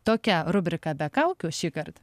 tokia rubrika be kaukių šįkart